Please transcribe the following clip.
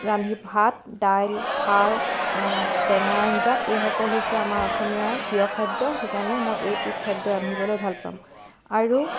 ৰান্ধি ভাত দাইল খাৰ টেঙা আঞ্জা এইসকল হৈছে আমাৰ অসমীয়াৰ প্ৰিয় খাদ্য সেইকাৰণে মই এইবিধ খাদ্য ৰান্ধিবলৈ ভাল পাম আৰু